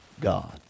God